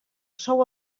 sou